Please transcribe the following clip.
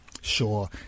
Sure